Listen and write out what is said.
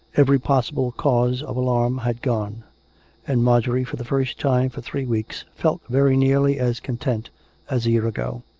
every possible cause of alarm had gone and marjorie, for the first time for three weeks, felt very nearly as con tent as a year ago.